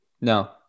No